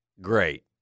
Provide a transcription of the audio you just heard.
Great